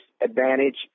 advantage